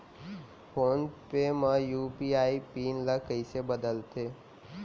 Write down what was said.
Phone पे म UPI PIN ल कइसे बदलथे?